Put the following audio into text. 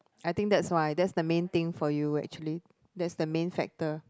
I think that's why that's the main thing for you actually that's the main factor